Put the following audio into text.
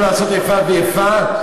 לא לעשות איפה ואיפה,